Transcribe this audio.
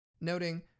noting